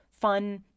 fun